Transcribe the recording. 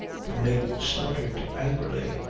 the mate snorted angrily,